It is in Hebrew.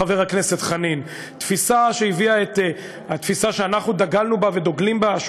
חבר הכנסת חנין: תפיסה שהביאה את התפיסה שאנחנו דגלנו בה ודוגלים בה,